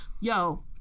yo